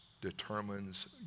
determines